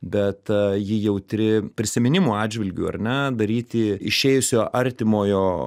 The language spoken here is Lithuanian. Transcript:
bet ji jautri prisiminimų atžvilgiu ar nedaryti išėjusio artimojo